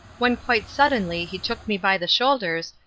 when quite suddenly he took me by the shoulders,